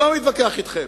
אני לא מתווכח אתכם.